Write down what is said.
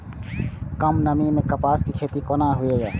कम नमी मैं कपास के खेती कोना हुऐ?